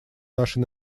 нашей